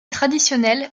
traditionnelle